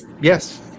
Yes